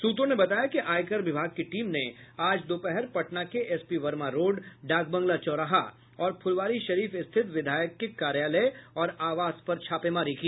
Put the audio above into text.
सूत्रों ने बताया कि आयकर विभाग की टीम ने आज दोपहर पटना के एसपी वर्मा रोड डाकबंगला चौराहा और फुलवारीशरीफ स्थित विधायक के कार्यालय और आवास पर छापेमारी की